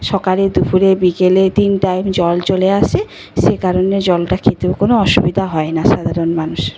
সকালে দুপুরে বিকেলে তিন টাইম জল চলে আসে সে কারণে জলটা খেতেও কোনো অসুবিধা হয় না সাধারণ মানুষ